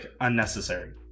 unnecessary